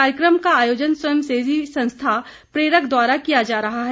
कार्यक्रम का आयोजन स्वयंसेवी सेवी संस्था प्रेरक द्वारा किया जा रहा है